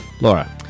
Laura